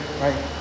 right